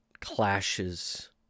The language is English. clashes